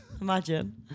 Imagine